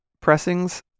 pressings